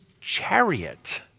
chariot